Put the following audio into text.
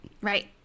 Right